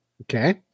Okay